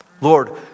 Lord